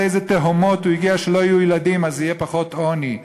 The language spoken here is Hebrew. לאיזו תהומות הוא הגיע: שלא יהיו ילדים אז יהיה פחות עוני.